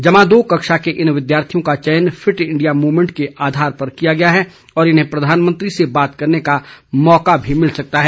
जमा दो कक्षा के इन विद्यार्थियों का चयन फिट इंडिया मुवमेंट के आधार पर किया गया है और इन्हें प्रधानमंत्री से बात करने का मौका भी मिल सकता है